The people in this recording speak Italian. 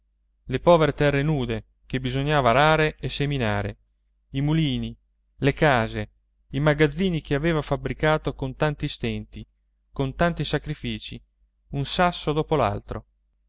le povere terre nude che bisognava arare e seminare i mulini le case i magazzini che aveva fabbricato con tanti stenti con tanti sacrifici un sasso dopo